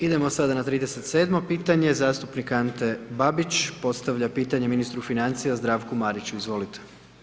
Idemo sada na 37.-mo pitanje, zastupnik Ante Babić postavlja pitanje ministru financija Zdravku Mariću, izvolite.